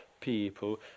people